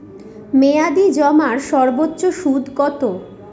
মেয়াদি জমার সর্বোচ্চ সুদ কতো?